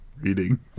reading